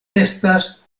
estas